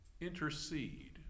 intercede